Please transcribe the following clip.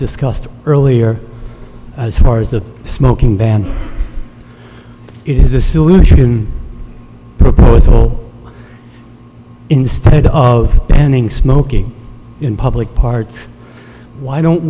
discussed earlier as far as the smoking ban is a solution proposal instead of banning smoking in public parts why don't